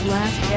Last